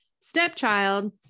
stepchild